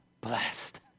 blessed